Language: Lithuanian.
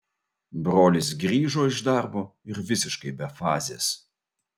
brolis grįžo iš darbo ir visiškai be fazės